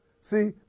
See